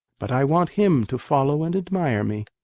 but i want him to follow and admire me.